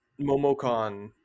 Momocon